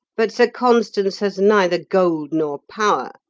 but sir constans has neither gold nor power,